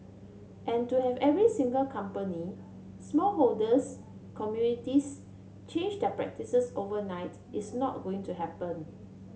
and to have every single company small holders communities change their practices overnight is not going to happen